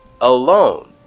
alone